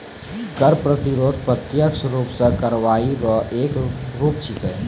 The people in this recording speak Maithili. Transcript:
कर प्रतिरोध प्रत्यक्ष रूप सं कार्रवाई रो एक रूप छिकै